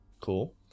Cool